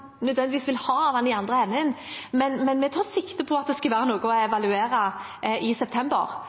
nødvendigvis vil ha av den i den andre enden. Men vi tar sikte på at det skal være noe å evaluere i september